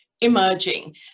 emerging